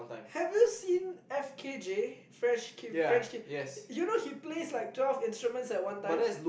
have you seen F_K_J French Kiwi French Kiwi like you know he plays like twelve instruments at one time